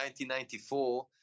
1994